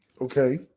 Okay